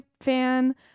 fan